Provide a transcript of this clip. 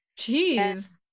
Jeez